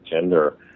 gender